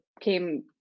came